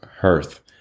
hearth